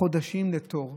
חודשים לתור,